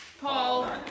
Paul